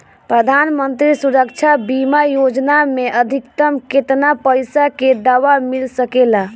प्रधानमंत्री सुरक्षा बीमा योजना मे अधिक्तम केतना पइसा के दवा मिल सके ला?